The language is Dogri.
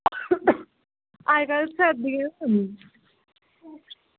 अज्जकल सर्दियां न